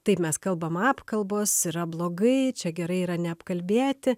taip mes kalbam apkalbos yra blogai čia gerai yra neapkalbėti